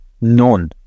none